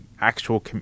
actual